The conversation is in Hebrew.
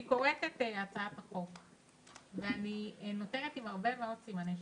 אני קוראת את הצעת החוק ואני נותרת עם הרבה מאוד סימני שאלה.